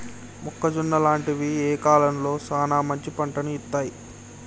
మొక్కజొన్న లాంటివి ఏ కాలంలో సానా మంచి పంటను ఇత్తయ్?